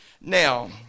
Now